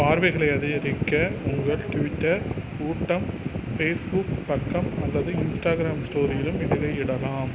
பார்வைகளை அதிகரிக்க உங்கள் ட்விட்டர் ஊட்டம் பேஸ்புக் பக்கம் அல்லது இன்ஸ்டாகிராம் ஸ்டோரியிலும் இடுகையிடலாம்